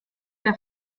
der